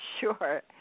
Sure